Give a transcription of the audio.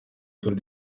tour